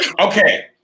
Okay